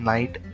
Night